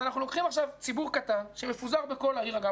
אז אנחנו לוקחים ציבור קטן שמפוזר בכל העיר אגב,